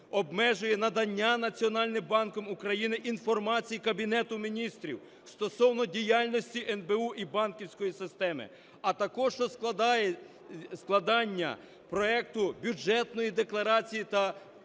обмежує надання Національним банком України інформації Кабінету Міністрів стосовно діяльності НБУ і банківської системи, а також складання проекту Бюджетної декларації та